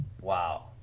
Wow